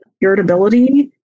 irritability